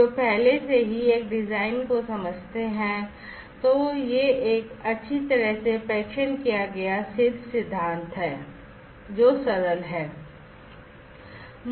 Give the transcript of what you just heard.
जो पहले से ही एक डिजाइन को समझते हैं तो यह एक अच्छी तरह से परीक्षण किया गया सिद्ध सिद्धांत है जो सरल है